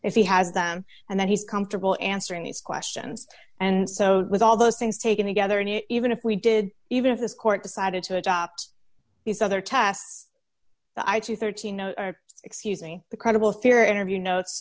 if he has them and that he's comfortable answering these questions and so does all those things taken together and even if we did even if this court decided to adopt these other tests i to thirteen no excusing the credible fear interview notes